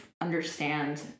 understand